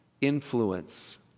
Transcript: influence